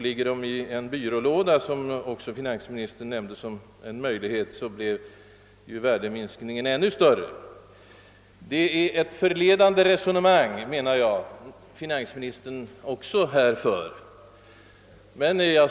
Ligger de i en byrålåda — en möjlighet, som finansministern också nämnde — blir värdeminskningen ännu större. Jag menar därför att även finansministerns resonemang är förledande.